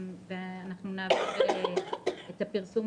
ונפרסם